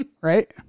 Right